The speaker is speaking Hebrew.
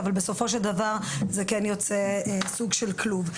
אבל בסופו של דבר זה כן יוצא סוג של כלוב.